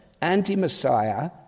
anti-Messiah